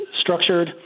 structured